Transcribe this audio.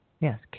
Yes